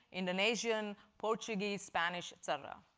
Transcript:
indonesian, portuguese, spanish, et cetera.